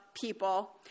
People